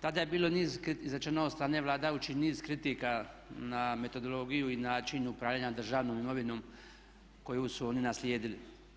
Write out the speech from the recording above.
tada je bilo niz, izrečeno od strane vladajućih niz kritika na metodologiju i način upravljanja državnom imovinom koju su oni naslijedili.